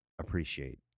appreciate